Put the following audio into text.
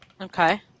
Okay